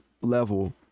level